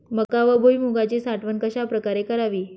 मका व भुईमूगाची साठवण कशाप्रकारे करावी?